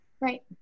Right